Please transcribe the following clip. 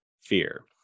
fear